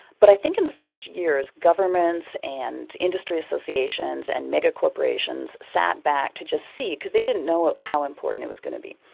but i think in the first years, governments and industry associations and mega-corporations sat back to just see, because they didn't know how important it was going to be.